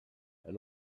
and